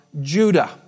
Judah